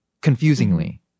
Confusingly